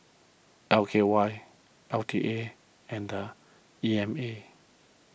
L K Y L T A and E M A